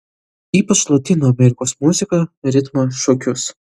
ypač lotynų amerikos muziką ritmą šokius